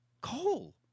Coal